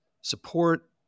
support